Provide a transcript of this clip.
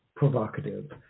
provocative